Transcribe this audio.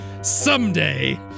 Someday